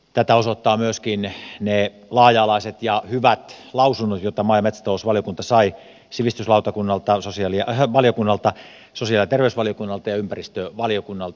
tätä osoittavat myöskin ne laaja alaiset ja hyvät lausunnot joita maa ja metsätalousvaliokunta sai sivistysvaliokunnalta sosiaali ja terveysvaliokunnalta ja ympäristövaliokunnalta